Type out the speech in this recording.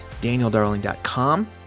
danieldarling.com